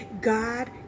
God